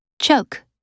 Choke